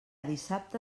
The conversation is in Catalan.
dissabte